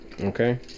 Okay